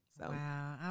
Wow